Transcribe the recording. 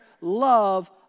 love